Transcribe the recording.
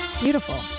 Beautiful